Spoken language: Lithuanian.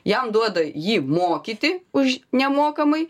jam duoda jį mokyti už nemokamai